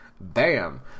bam